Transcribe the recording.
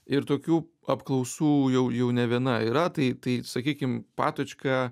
ir tokių apklausų jau jau ne viena yra tai tai sakykim patočka